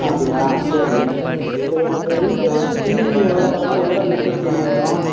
அப்படியா சேரிண்ணா இப்போ எனக்கு இன்சூரன்ஸு பிரிமியம் எவ்வளோ வரும் எவ்வளோ மெச்சூரிட்டிண்ணா வரும்